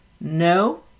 no